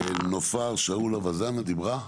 נופר שאול וזאנה דיברה?